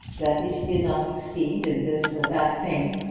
that if he did not succeed in this or that thing,